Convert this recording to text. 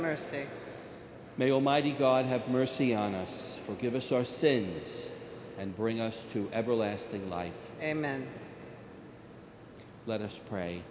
mercy may almighty god have mercy on us forgive us our sins and bring us to everlasting life and man let us pray